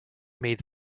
made